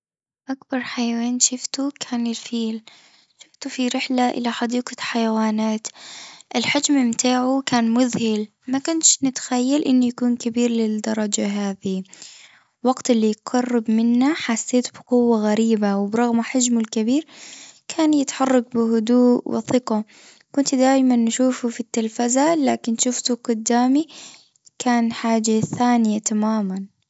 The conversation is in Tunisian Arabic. أكبر حيوان شفته كان الفيل، شفته في رحلة إلى حديقة حيوانات، الحجم بتاعه كان مذهل ما كانش متخيل إنه يكون كبير للدرجة هذه، وقت اللي يقرب منا حسيت بقوة غريبة وبرغم حجمه الكبير كان يتحرك بهدوء وثقة كنت دايمًا نشوفه في التلفزة لكن شفته قدامي كان حاجة ثانية تمامًا.